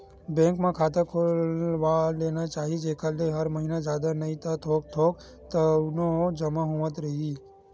bank म खाता खोलवा लेना चाही जेखर ले हर महिना जादा नइ ता थोक थोक तउनो जमा होवत रइही